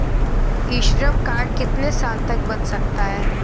ई Shram card कितने साल तक बन सकता है?